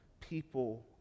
people